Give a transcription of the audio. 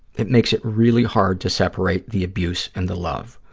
it makes it really hard to separate the abuse and the love.